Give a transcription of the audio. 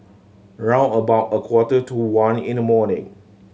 round about a quarter to one in the morning